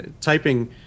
typing